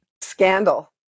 Scandal